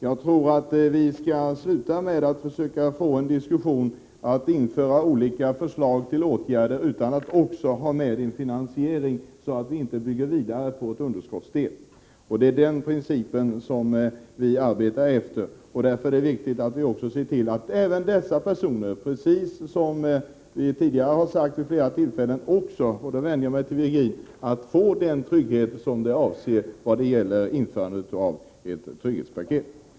Jag tycker att vi skall sluta diskussionen om genomförande av olika åtgärder utan att ha med finansieringen i beräkningen, så att vi inte bygger vidare på underskottet. Det är en princip som vi arbetar efter. Därför är det viktigt, precis som vi sagt tidigare vid flera tillfällen, att även dessa personer — och här vänder jag mig till Jan-Eric Virgin — får den trygghet som är avsedd vad gäller införandet av ett trygghetspaket.